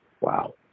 wow